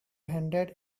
hundred